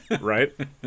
Right